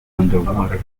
underwater